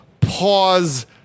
pause